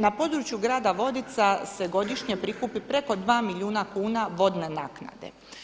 na području grada Vodica se godišnje prikupi preko 2 milijuna kuna vodne naknade.